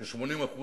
ש-80%,